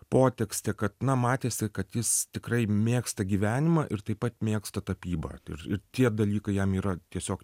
potekstė kad na matėsi kad jis tikrai mėgsta gyvenimą ir taip pat mėgsta tapybą ir ir tie dalykai jam yra tiesiog